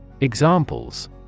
Examples